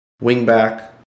wing-back